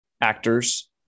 actors